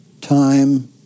time